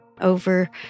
Over